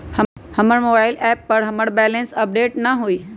हमर mobile app पर हमर बैलेंस अपडेट न हई